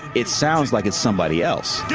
it sounds like it's somebody else.